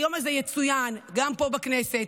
היום הזה יצוין גם פה בכנסת,